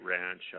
Ranch